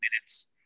minutes